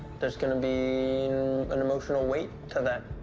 there's gonna be an emotional weight to that.